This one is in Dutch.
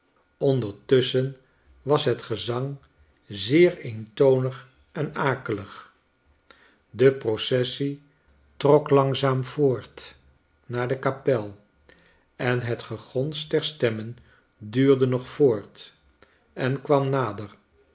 ondertusschen was het gezang zeer eentonig en akelig de processie trok langzaam voort naar de kapel en het gegons der stemmen duurde nog voort en kwam nader